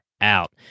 out